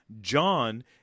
John